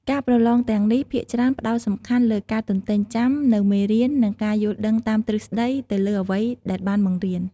ការប្រឡងទាំងនេះភាគច្រើនផ្តោតសំខាន់លើ ការទន្ទេញចាំ នូវមេរៀន និង ការយល់ដឹងតាមទ្រឹស្តី ទៅលើអ្វីដែលបានបង្រៀន។